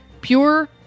Pure